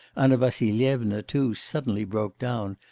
anna vassilyevna too suddenly broke down,